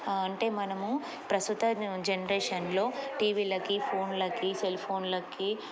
అంటే మనము ప్రస్తుత జనరేషన్లో టీవీలకి ఫోన్లకి సెల్ఫోన్లకి